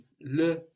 le